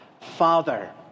Father